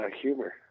humor